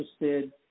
interested